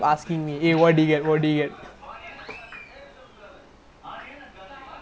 I don't know what he gonna eat eat McDonald's everyday like you go you die then you get hospital bill more than eating good food right